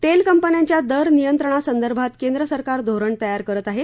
तेल कंपन्यांच्या दर नियंत्रणसंदर्भात केंद्र सरकार धोरण तयार करत आहे